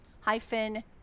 hyphen